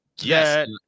Yes